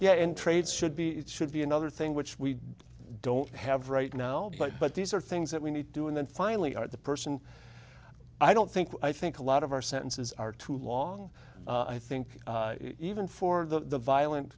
yet in trades should be it should be another thing which we don't have right now but but these are things that we need to do and then finally are the person i don't think i think a lot of our sentences are too long i think even for the violent